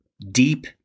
deep